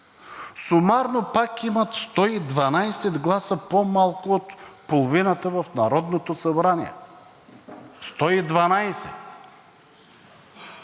сумарно пак имат 112 гласа – по-малко от половината в Народното събрание. Сто